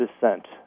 descent